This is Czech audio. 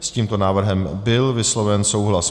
S tímto návrhem byl vysloven souhlas.